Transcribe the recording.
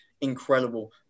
incredible